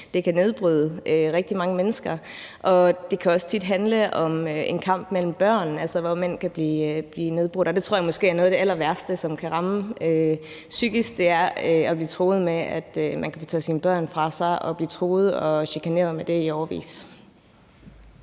Det kan nedbryde rigtig mange mennesker. Det kan også tit handle om en kamp om børn, altså hvor man kan blive nedbrudt, og det tror jeg måske er noget af det allerværste, som kan ramme psykisk. Det er at blive truet med, at man kan få taget sine børn fra sig, og at blive truet og chikaneret med det i årevis.